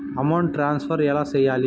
amount transfer ఎలా సేయాలి